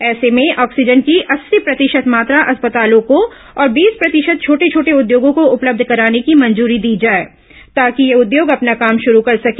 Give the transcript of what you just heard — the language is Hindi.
ऐसे में ऑक्सीजन की अस्सी प्रतिशत मात्रा अस्पतालों को और बीस प्रतिशत छोटे छोटे उद्योगों को उपलब्ध कराने की मंजूरी दी जाए ताकि ये उद्योग अपना काम शुरू कर सके